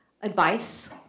advice